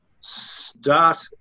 start